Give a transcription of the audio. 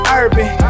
urban